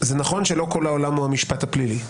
זה נכון שלא כל העולם הוא המשפט הפלילי,